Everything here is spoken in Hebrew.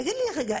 תגיד לי רגע,